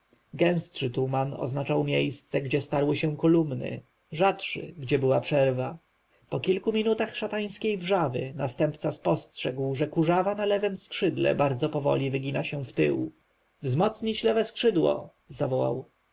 gęstszy tuman oznaczał miejsce gdzie starły się kolumny rzadszy gdzie była przerwa po kilku minutach szatańskiej wrzawy następca spostrzegł że kurzawa na lewem skrzydle bardzo powoli wygina się wtył wzmocnić lewe skrzydło zawołał